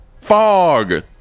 Fog